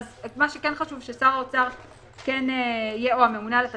חשוב ששר האוצר או הממונה על התקציבים,